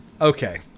Okay